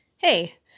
Hey